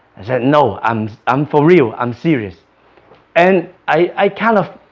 i said no um i'm for real i'm serious and i kind of